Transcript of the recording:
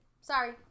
Sorry